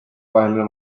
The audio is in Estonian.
vaheline